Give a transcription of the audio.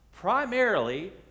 primarily